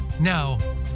Now